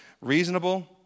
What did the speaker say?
reasonable